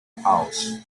house